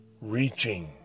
reaching